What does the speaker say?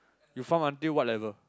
you farm until what level